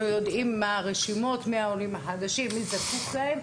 אנחנו יודעים מהרשימות מי הם העולים החדשים ומי זקוק להן,